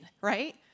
right